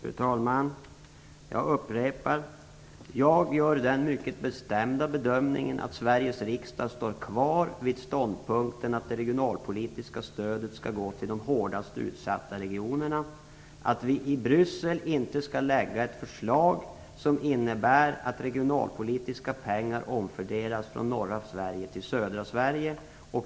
Fru talman! Jag upprepar att jag gör den mycket bestämda bedömningen att Sveriges riksdag står kvar vid ståndpunkten att det regionalpolitiska stödet skall gå till de hårdast utsatta regionerna och att vi i Bryssel inte skall lägga fram ett förslag som innebär att regionalpolitiska medel omfördelas från norra Sverige till södra Sverige.